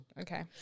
Okay